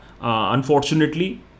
unfortunately